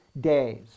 days